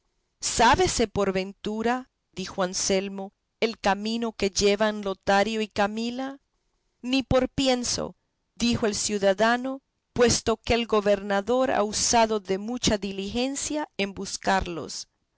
sábese por ventura dijo anselmo el camino que llevan lotario y camila ni por pienso dijo el ciudadano puesto que el gobernador ha usado de mucha diligencia en buscarlos